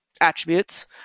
attributes